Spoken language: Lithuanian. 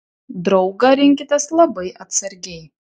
draugą rinkitės labai atsargiai